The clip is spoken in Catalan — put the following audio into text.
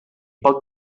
pot